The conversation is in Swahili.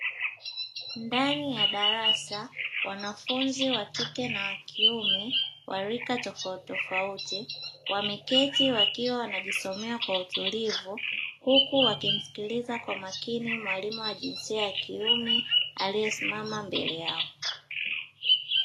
Ndani ya darasa wanafunzi wakike na wakiume wa rika tofautitofauti wameketi wakiwa wanajisomea kwa utulivu, huku wakimsikiliza kwa makini mwalimu wa jinsia ya kiume aliyesimama mbele yao.